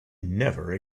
never